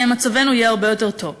אז מצבנו יהיה הרבה יותר טוב.